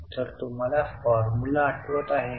तर तुम्हाला फॉर्म्युला आठवत आहे का